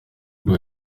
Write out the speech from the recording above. rwo